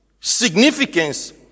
significance